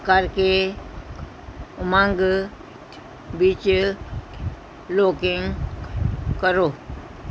ਕਰਕੇ ਉਮੰਗ ਵਿੱਚ ਲੌਗਇਨ ਕਰੋ